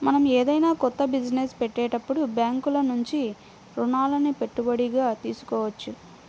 మనం ఏదైనా కొత్త బిజినెస్ పెట్టేటప్పుడు బ్యేంకుల నుంచి రుణాలని పెట్టుబడిగా తీసుకోవచ్చు